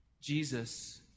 Jesus